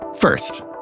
First